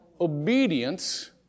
obedience